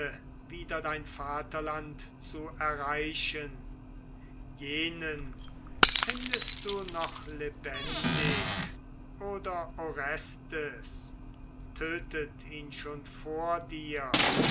wieder dein vaterland zu erreichen jenen findest du noch lebendig oder orestes tötet ihn schon vor dir